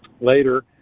Later